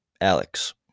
Alex